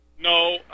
No